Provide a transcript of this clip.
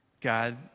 God